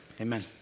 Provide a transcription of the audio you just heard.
amen